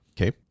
Okay